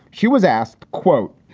he was asked. quote,